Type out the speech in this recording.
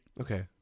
Okay